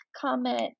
comment